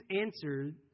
answered